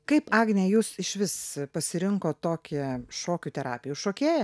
kaip agne jūs išvis pasirinkot tokią šokių terapiją jūs šokėja